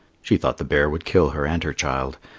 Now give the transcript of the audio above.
she thought the bear would kill her and her child.